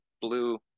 blue